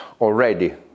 already